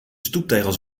stoeptegels